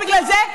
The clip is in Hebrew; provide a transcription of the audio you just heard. מה קרה בגלל זה?